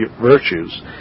virtues